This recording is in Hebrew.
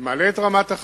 זה מעלה את רמת החיים,